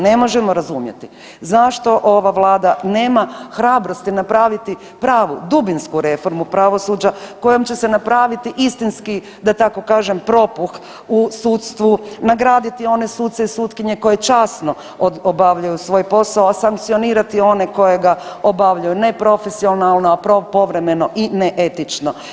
Ne možemo razumjeti zašto ova vlada nema hrabrosti napraviti pravu dubinsku reformu pravosuđa kojom će se napraviti istinski da tako kažem propuh u sudstvu, nagraditi one suce i sutkinje koji časno obavljaju svoj posao, a sankcionirati one koje ga obavljanju neprofesionalno, povremeno i neetično.